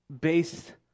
based